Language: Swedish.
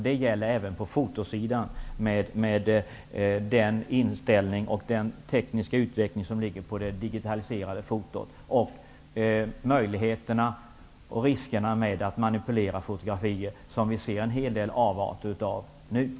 Det gäller även på det fotografiska området på grund av utvecklingen av det digitaliserade fotot och möjligheterna och riskerna med att manipulera fotografier. Vi kan nu se en hel del avarter på det området.